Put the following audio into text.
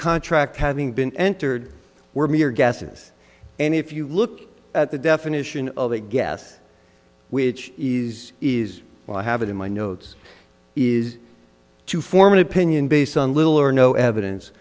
contract having been entered were mere gases and if you look at the definition of a gas which is is what i have in my notes is to form an opinion based on little or no evidence